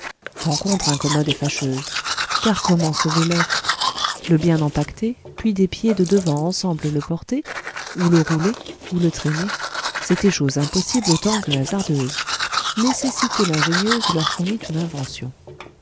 rencontre incommode et fâcheuse car comment sauver l'œuf le bien empaqueter puis des pieds de devant ensemble le porter ou le rouler ou le traîner c'était chose impossible autant que hasardeuse nécessité l'ingénieuse leur fournit une invention